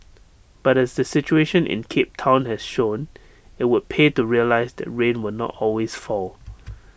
but as the situation in cape Town has shown IT would pay to realise that rain will not always fall